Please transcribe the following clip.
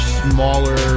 smaller